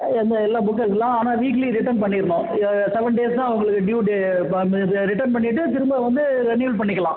எந்த எல்லா புக் எடுக்கலாம் ஆனால் வீக்லி ரிட்டன் பண்ணிடணும் இதை செவென் டேஸ் தான் உங்களுக்கு டுயூ டே இது ரிட்டன் பண்ணிவிட்டு திரும்ப வந்து ரினிவல் பண்ணிக்கலாம்